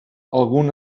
algun